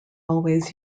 always